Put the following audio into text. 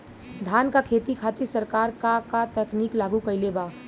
धान क खेती खातिर सरकार का का तकनीक लागू कईले बा?